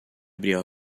abriu